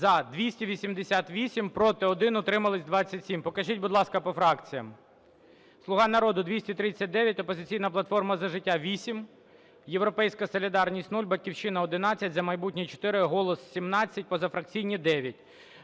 За-288 Проти – 1, утримались – 27. Покажіть, будь ласка, по фракціям. "Слуга народу" - 239, "Опозиційна платформа - За життя" – 8, "Європейська солідарність" - 0, "Батьківщина" –11, "За майбутнє" – 4, "Голос" – 17, позафракційні – 9.